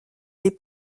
les